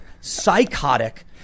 psychotic